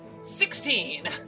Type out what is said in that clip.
Sixteen